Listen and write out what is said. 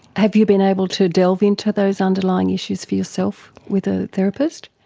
have you been able to delve into those underlying issues for yourself with a therapist?